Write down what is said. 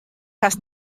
hast